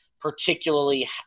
particularly